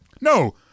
No